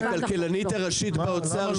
הכלכלנית הראשית באוצר,